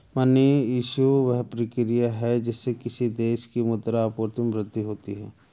money issue, वह प्रक्रिया है जिससे किसी देश की मुद्रा आपूर्ति में वृद्धि होती है